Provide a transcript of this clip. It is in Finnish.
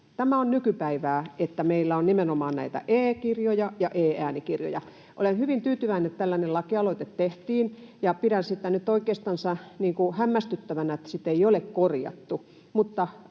Tämä on nykypäivää, että meillä on nimenomaan näitä e-kirjoja ja e-äänikirjoja. Olen hyvin tyytyväinen, että tällainen lakialoite tehtiin, ja pidän sitä nyt oikeastansa hämmästyttävänä, että sitä ei ole korjattu,